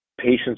patients